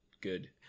good